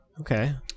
okay